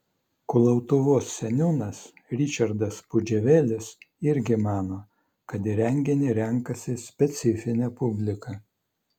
kulautuvos seniūnas ričardas pudževelis irgi mano kad į renginį renkasi specifinė publika